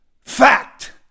fact